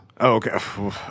Okay